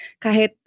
kahit